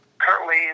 currently